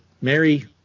Mary